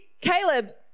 Caleb